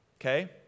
okay